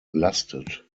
lastet